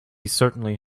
certainly